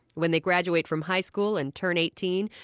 when they graduate from high school and turn eighteen,